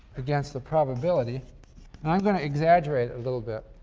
against the probability and i'm going to exaggerate a little bit.